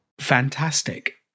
Fantastic